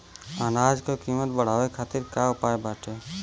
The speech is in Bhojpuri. अनाज क कीमत बढ़ावे खातिर का उपाय बाटे?